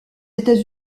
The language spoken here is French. états